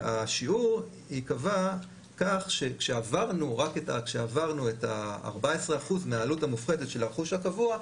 השיעור ייקבע כך שכשעברנו את ה-14% מהעלות המופחתת של הרכוש הקבוע,